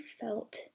felt